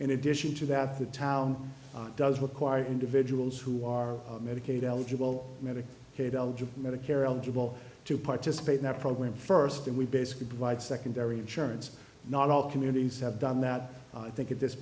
in addition to that the town does require individuals who are medicaid eligible medicare caid eligible medicare eligible to participate in the program first and we basically provide secondary insurance not all communities have done that i think at this